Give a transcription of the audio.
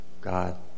God